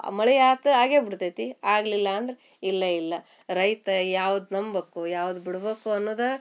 ಮಳೆ ಆತು ಆಗೇ ಬುಡ್ತೈತಿ ಆಗ್ಲಿಲ್ಲ ಅಂದ್ರೆ ಇಲ್ಲೇ ಇಲ್ಲ ರೈತ ಯಾವ್ದು ನಂಬೊಕ್ಕು ಯಾವ್ದು ಬಿಡಬೇಕು ಅನ್ನುದಾ